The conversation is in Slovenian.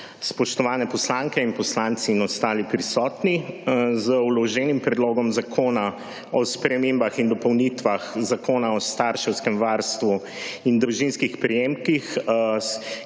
Spoštovani poslanke in poslanci in ostali prisotni! Z vloženim Predlogom zakona o spremembah in dopolnitvah Zakona o starševskem varstvu in družinskih prejemkih,